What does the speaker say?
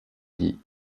dit